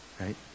right